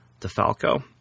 DeFalco